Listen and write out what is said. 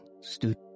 stood